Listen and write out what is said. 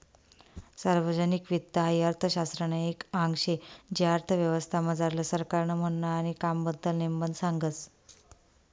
सार्वजनिक वित्त हाई अर्थशास्त्रनं एक आंग शे जे अर्थव्यवस्था मझारलं सरकारनं म्हननं आणि कामबद्दल नेमबन सांगस